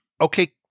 okay